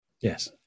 Yes